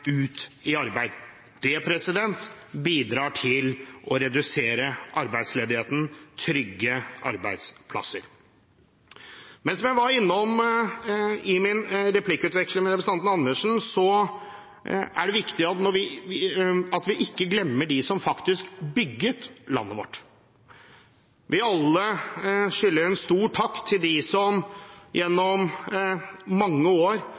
ut i arbeid. Det bidrar til å redusere arbeidsledigheten og trygge arbeidsplassene. Men som jeg var innom i min replikkveksling med representanten Andersen, er det viktig at vi ikke glemmer dem som faktisk bygget landet vårt. Vi skylder alle en stor takk til dem som gjennom mange år